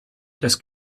das